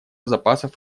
запасов